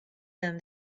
them